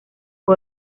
fue